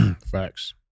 Facts